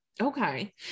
Okay